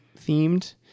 themed